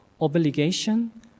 obligation